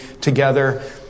together